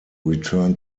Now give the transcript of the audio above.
return